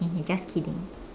just kidding